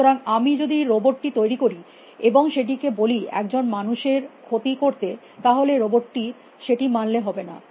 সুতরাং আমি যদি রোবট টি তৈরী করি এবং সেটিকে বলি একজন মানুষ এর ক্ষতি করতে তাহলে রোবট টির সেটি মানলে হবে না